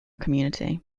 community